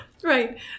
Right